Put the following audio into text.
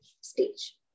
stage